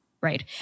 right